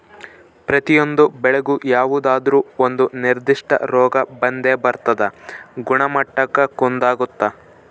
ಪ್ರತಿಯೊಂದು ಬೆಳೆಗೂ ಯಾವುದಾದ್ರೂ ಒಂದು ನಿರ್ಧಿಷ್ಟ ರೋಗ ಬಂದೇ ಬರ್ತದ ಗುಣಮಟ್ಟಕ್ಕ ಕುಂದಾಗುತ್ತ